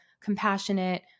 compassionate